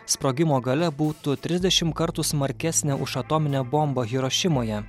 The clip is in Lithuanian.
sprogimo galia būtų trisdešim kartų smarkesnė už atominę bombą hirošimoje